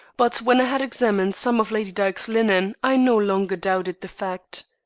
but when i had examined some of lady dyke's linen i no longer doubted the fact.